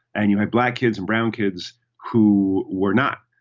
and you had black kids and brown kids who were not.